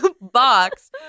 box